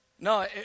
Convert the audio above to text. No